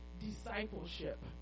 Discipleship